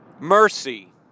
mercy